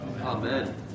Amen